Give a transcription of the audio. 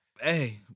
Hey